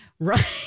Right